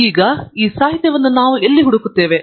ಆದ್ದರಿಂದ ನಾವು ಈ ಸಾಹಿತ್ಯವನ್ನು ಎಲ್ಲಿ ಹುಡುಕುತ್ತೇವೆ